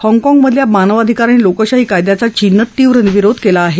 हाँगकाँगमधल्या मानवाधिकार आणि लोकशाही कायद्याचा चीननं तीव्र विरोध केला आहे